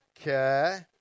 Okay